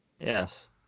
Yes